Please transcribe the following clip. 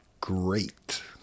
great